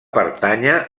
pertànyer